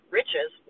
riches